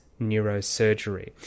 neurosurgery